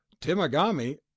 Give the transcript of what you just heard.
Timagami